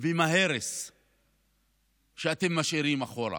ועם ההרס שאתם משאירים מאחור.